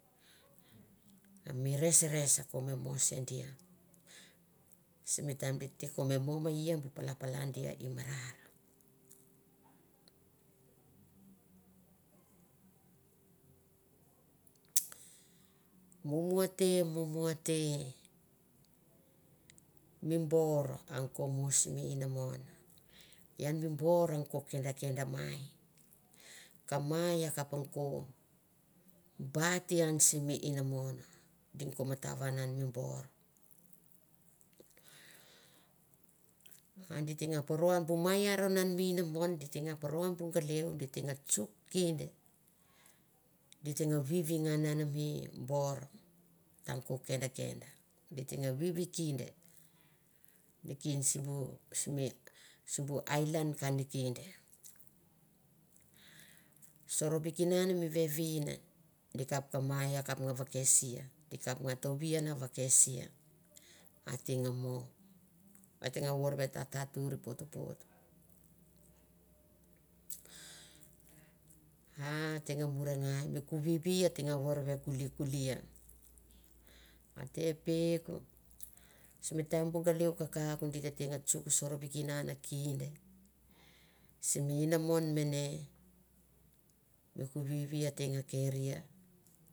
Mi resres a ko me mo se dia simi taim di te ko me mo me ia bu pala pala dia i marar. Mumua te mumua te mi bor ang ko mo sim inamon. Ian mi bor ang ko ke ginang ko matavan mi bor, a di te nga poro an bu mai i aron mi inamon di te nga paro bu galeu di te nga tsuk kenda te nga vivi ngan ana mi bor, tang ko kenda kenda di te nga vivi kinda, nikin sim bu sim mi sim bu ailan ka nikin sorvikinan mi vevin di kop ka mai a nga vakesia di kap nga tovi na vakasia ateng mo. ateng vorve ta ta tur ipotpot. A teng murangai mi bu galeu kakauk di ta nga tsuk sorvikinan peuk simi taim bu galeu kakauk di ta nga tsuk sorvikingnan kinde simi inamon mane, i kuvivi a teng keria.